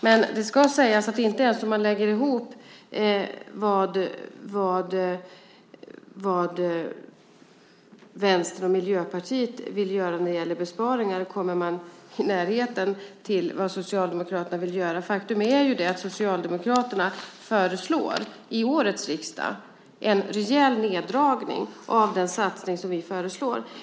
Men det ska sägas att man inte ens om man lägger ihop vad Vänsterpartiet och Miljöpartiet vill göra för besparingar kommer i närheten av vad Socialdemokraterna vill göra. Faktum är att socialdemokraterna i riksdagen för i år föreslår en rejäl neddragning i förhållande till den satsning som vi föreslår.